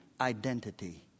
identity